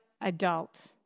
adult